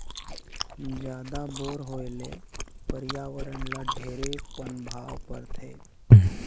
जादा बोर होए ले परियावरण ल ढेरे पनभाव परथे